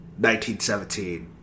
1917